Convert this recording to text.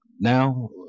now